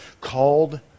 called